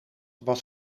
was